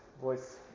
voice